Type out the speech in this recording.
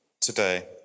today